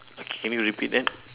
okay can you repeat that